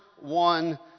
one